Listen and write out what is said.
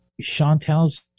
Chantal's